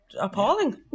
appalling